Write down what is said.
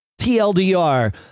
TLDR